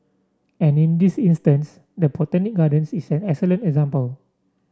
and in this instance the Botanic Gardens is an excellent example